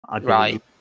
Right